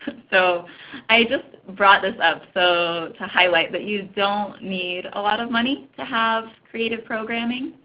so i just brought this up so to highlight that you don't need a lot of money to have creative programming.